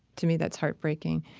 to me, that's heartbreaking.